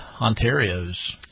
Ontario's